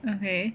okay